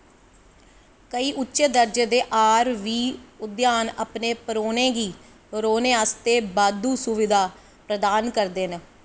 केईं उच्चे दर्जे दे आर वी उद्यान अपने परौह्ने गी रौह्ने आस्तै बाद्धू सुविधां प्रदान करदे न